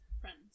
Friends